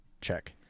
check